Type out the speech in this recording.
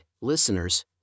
listeners